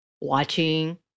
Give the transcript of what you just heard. watching